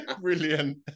Brilliant